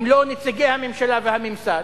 אם לא נציגי הממשלה והממסד?